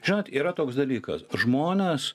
žinot yra toks dalykas žmonės